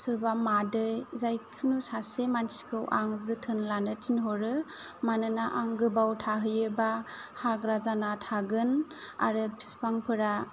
सोरबा मादै जायखुनु मानसिखौ आं जोथोन लानो थिनहरो मानोना आं गोबाव थाहैयोब्ला हाग्रा जाना थागोन आरो बिफांफोरा